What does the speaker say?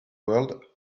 world